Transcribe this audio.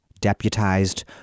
deputized